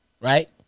Right